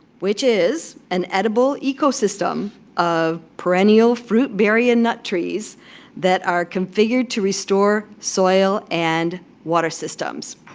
which is an edible ecosystem of perennial fruit, berry and nut trees that are configured to restore soil and water systems.